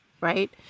right